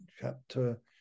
chapter